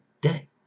day